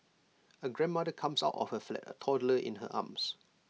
A grandmother comes out of her flat A toddler in her arms